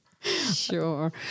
Sure